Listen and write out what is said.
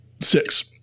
Six